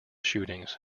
shootings